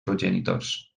progenitors